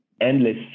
endless